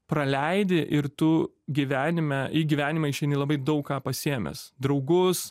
praleidi ir tu gyvenime į gyvenimą išeini labai daug ką pasiėmęs draugus